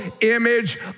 image